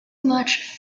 much